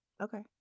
Okay